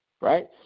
Right